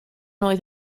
oedd